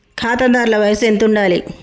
ఖాతాదారుల వయసు ఎంతుండాలి?